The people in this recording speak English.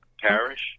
Parish